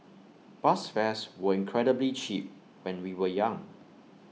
bus fares were incredibly cheap when we were young